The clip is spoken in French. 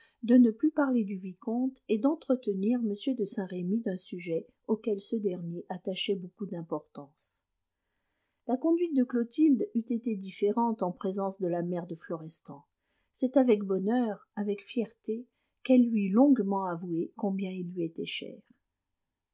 de ne plus parler du vicomte et d'entretenir m de saint-remy d'un sujet auquel ce dernier attachait beaucoup d'importance la conduite de clotilde eût été différente en présence de la mère de florestan c'est avec bonheur avec fierté qu'elle lui eût longuement avoué combien il lui était cher